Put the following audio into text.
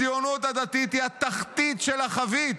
הציונות הדתית היא התחתית של החבית.